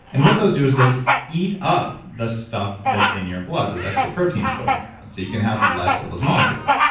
and what those do is those eat up the stuff that's in your blood, those extra proteins floating around, so you can have less of those molecules.